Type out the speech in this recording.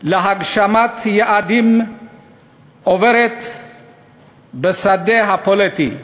להגשמת יעדים עוברת בשדה הפוליטי,